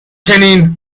چنین